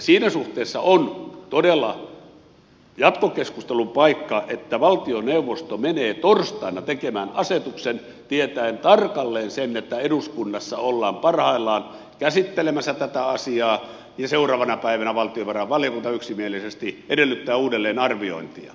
siinä suhteessa on todella jatkokeskustelun paikka että valtioneuvosto menee torstaina tekemään asetuksen tietäen tarkalleen sen että eduskunnassa ollaan parhaillaan käsittelemässä tätä asiaa ja seuraavana päivänä valtiovarainvaliokunta yksimielisesti edellyttää uudelleenarviointia